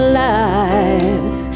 lives